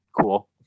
Cool